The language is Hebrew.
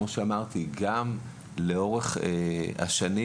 מבוגר שלא יבצע פעולה של השוואת לחצים בעומק